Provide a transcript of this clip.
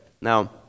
Now